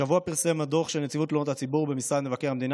השבוע פורסם הדוח של נציבות תלונות הציבור במשרד מבקר המדינה,